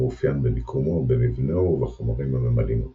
המאופיין במיקומו, במבנהו, ובחומרים הממלאים אותו.